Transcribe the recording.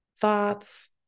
thoughts